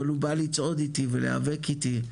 אבל הוא בא לצעוד איתי ולהיאבק איתי,